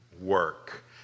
work